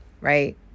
right